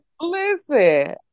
listen